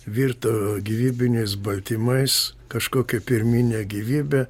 virto gyvybiniais baltymais kažkokią pirminę gyvybę